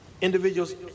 individuals